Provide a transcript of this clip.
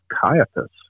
Caiaphas